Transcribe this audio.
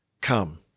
come